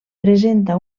presenta